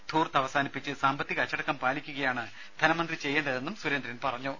ധൂർത്ത് അവസാനിപ്പിച്ച് സാമ്പത്തിക അച്ചടക്കം പാലിക്കുകയാണ് ധനമന്ത്രി ചെയ്യേണ്ടതെന്നും സുരേന്ദ്രൻ പറഞ്ഞു